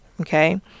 okay